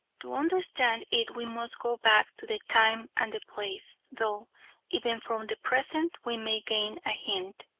to understand it we must go back to the time and the place, though even from the present we may gain a hint.